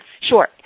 Sure